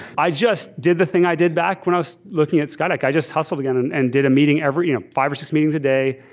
ai just did the thing i did back when i was looking at skydeck. i just hustled again and and did a meeting every ah five or six meetings a day,